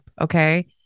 Okay